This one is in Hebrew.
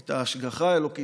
את ההשגחה האלוקית,